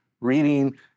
reading